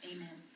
Amen